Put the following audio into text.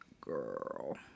girl